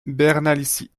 bernalicis